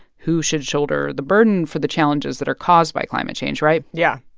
who should shoulder the burden for the challenges that are caused by climate change, right? yeah.